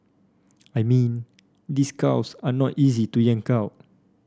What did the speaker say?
I mean these cows are not easy to yank out